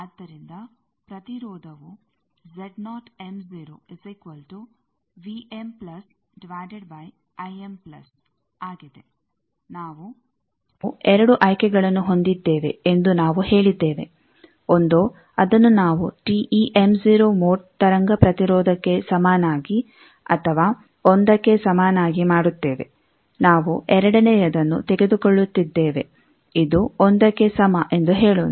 ಆದ್ದರಿಂದ ಪ್ರತಿರೋಧವು ನಾವು 2 ಆಯ್ಕೆಗಳನ್ನು ಹೊಂದಿದ್ದೇವೆ ಎಂದು ನಾವು ಹೇಳಿದ್ದೇವೆ ಒಂದೋ ಅದನ್ನು ನಾವು TEm0 ಮೋಡ್ ತರಂಗ ಪ್ರತಿರೋಧಕ್ಕೆ ಸಮನಾಗಿ ಅಥವಾ 1ಕ್ಕೆ ಸಮನಾಗಿ ಮಾಡುತ್ತೇವೆ ನಾವು ಎರಡನೆಯದನ್ನು ತೆಗೆದುಕೊಳ್ಳುತ್ತಿದ್ದೇವೆ ಇದು 1ಕ್ಕೆ ಸಮ ಎಂದು ಹೇಳೋಣ